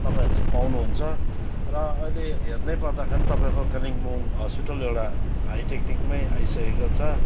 तपाईँहरूले पाउनुहुन्छ र अहिले हेर्नैपर्दाखेरि तपाईँको कालिम्पोङ हस्पिटल एउटा हाई टेक्निकमै आइसकेको छ